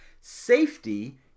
safety